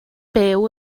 byw